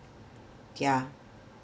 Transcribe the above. yeah